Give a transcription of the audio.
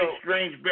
strange